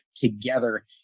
together